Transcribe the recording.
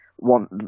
want